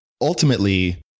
Ultimately